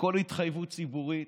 כל התחייבות ציבורית.